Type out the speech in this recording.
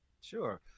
Sure